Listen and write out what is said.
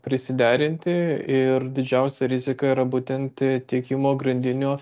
prisiderinti ir didžiausią rizika yra būtent tiekimo grandinių